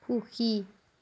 সুখী